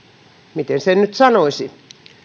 miten sen nyt sanoisi